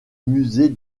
musée